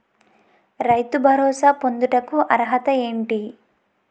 రైతు భరోసా పొందుటకు అర్హత ఏంటి?